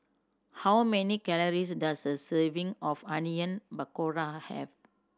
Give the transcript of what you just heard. how many calories does a serving of Onion Pakora have